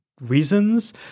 reasons